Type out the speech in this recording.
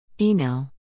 Email